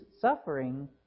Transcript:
suffering